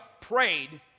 prayed